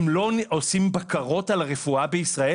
הם לא עושים בקרות על הרפואה בישראל?